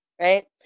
right